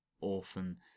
orphan